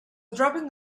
dropping